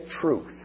truth